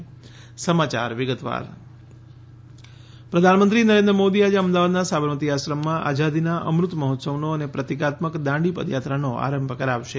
આઝાદી અમૃત પ્રધાનમંત્રી નરેન્દ્ર મોદી આજે અમદાવાદના સાબરમતી આશ્રમમાં આઝાદીના અમૃત મહોત્સવનો અને પ્રતીકાત્મક દાંડી પદયાત્રાનો આરંભ કરાવશે